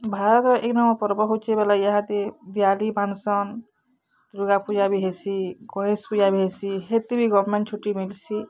ଭାରତର ଏକ ନମର୍ ପର୍ବ ହଉଛେ ବେଲେ ଇହାଦେ ଦିଆଲି ମାନସନ୍ ଦୁର୍ଗାପୂଜା ବି ହେସି ଗଣେଶ ପୂଜା ବି ହେସି ହେତି ବି ଗଭର୍ଣ୍ଣ୍ମେଣ୍ଟ୍ ଛୁଟି ମିଲ୍ସି